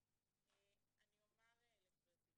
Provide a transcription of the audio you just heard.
בואו נראה מה לפתחנו.